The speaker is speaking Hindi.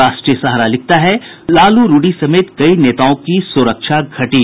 राष्ट्रीय सहारा लिखता है लालू रूडी समेत कई नेताओं की सुरक्षा घटी